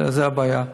זו הבעיה.